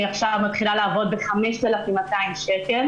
מתחילה עכשיו לעבוד ב-75% משרה ב-5,200 שקל,